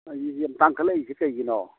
ꯌꯥꯝ ꯇꯥꯡꯈꯠꯂꯛꯏꯁꯤ ꯀꯩꯒꯤꯅꯣ